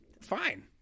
Fine